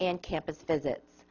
and campus visits